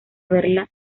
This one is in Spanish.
verla